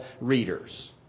readers